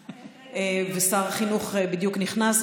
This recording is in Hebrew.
שר החינוך בדיוק נכנס,